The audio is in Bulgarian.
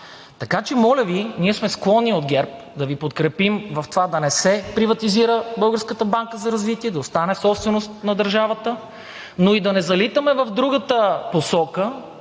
Така че, моля Ви, ние от ГЕРБ сме склонни да Ви подкрепим в това да не се приватизира Българската банка за развитие, да остане собственост на държавата, но и да не залитаме в другата посока